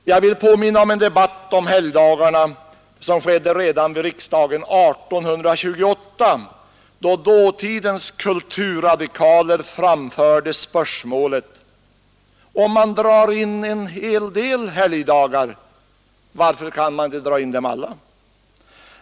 Jag vill påminna om en debatt om helgdagarna som skedde redan vid riksdagen 1828, när dåtidens kulturradikaler framförde spörsmålet: Om man drar in en hel del helgdagar, varför kan man inte dra in dem alla?